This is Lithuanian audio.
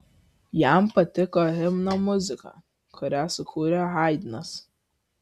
jam patiko himno muzika kurią sukūrė haidnas